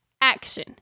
Action